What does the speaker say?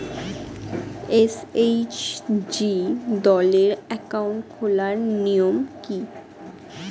SHG দলের account খোলার নিয়ম কী?